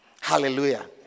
Hallelujah